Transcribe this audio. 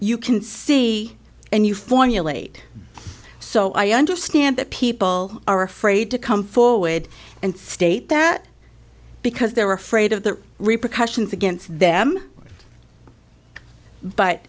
you can see and you formulate so i understand that people are afraid to come forward and state that because they're afraid of the repercussions against them but